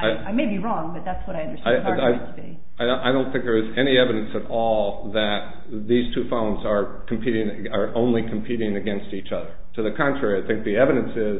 that i may be wrong but that's what i say i don't i don't think there is any evidence at all that these two phones are competing only competing against each other to the contrary i think the evidence is